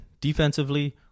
defensively